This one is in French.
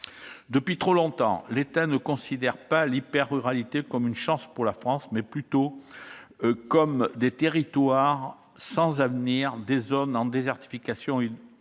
Depuis trop longtemps, l'État ne considère pas l'hyper-ruralité comme une chance pour la France, mais plutôt comme des territoires sans avenir, des zones ignorées, en désertification.